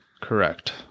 Correct